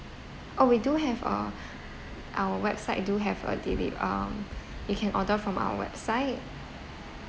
orh we do have a our website do have a deli~ um you can order from our website